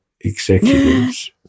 executives